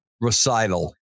recital